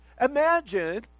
Imagine